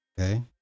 Okay